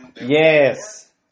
Yes